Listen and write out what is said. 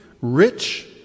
rich